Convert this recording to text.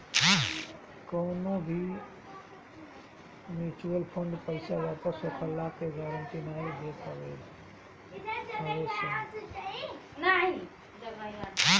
कवनो भी mutual fund पईसा वापस होखला के गारंटी नाइ देत हवे सन